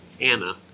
Anna